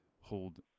hold